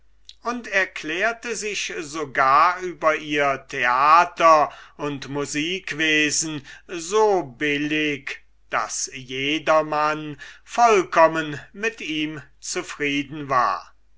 und erklärte sich sogar über ihr theater und musikwesen so billig daß jedermann vollkommen mit ihm zufrieden war